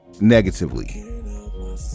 negatively